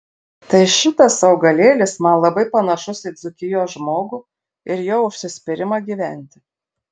tai šitas augalėlis man labai panašus į dzūkijos žmogų ir jo užsispyrimą gyventi